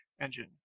engine